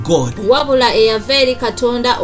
God